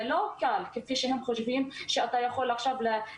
זה לא קל כפי שהם חושבים שאתה יכול לתת